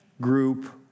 group